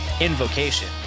Invocation